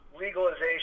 legalization